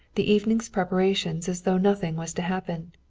the evening's preparations as though nothing was to happen.